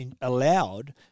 allowed